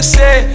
say